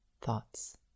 thoughts